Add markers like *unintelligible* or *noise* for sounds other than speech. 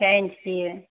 *unintelligible*